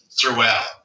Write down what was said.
throughout